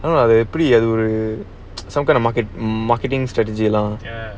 and uh they're pretty yellow to some kind of market marketing strategy lah